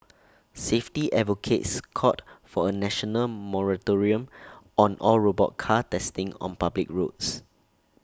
safety advocates called for A national moratorium on all robot car testing on public roads